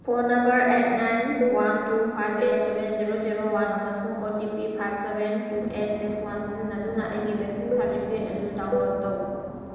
phone number eight nine one two five eight seven zero zero one ꯑꯃꯁꯨꯡ O T P five seven two eight six one ꯁꯤꯖꯤꯟꯅꯗꯨꯅ ꯑꯩꯒꯤ vaccine certificate ꯑꯗꯨ ꯗꯥꯎꯟꯂꯣꯗ ꯇꯧ